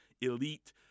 elite